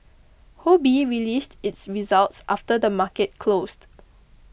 released its results after the market closed